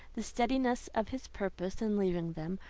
the steadiness of his purpose in leaving them,